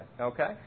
okay